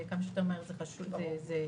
וכמה שיותר מהר זה ציווי מבחינתנו.